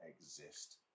exist